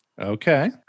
Okay